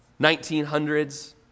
1900s